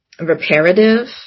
reparative